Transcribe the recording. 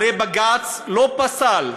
הרי בג"ץ לא פסל.